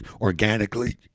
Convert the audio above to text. organically